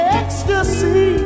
ecstasy